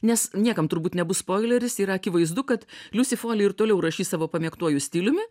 nes niekam turbūt nebus spoileris yra akivaizdu kad liusy foley ir toliau rašys savo pamėgtuoju stiliumi